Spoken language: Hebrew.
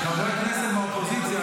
--- חברי הכנסת מהאופוזיציה,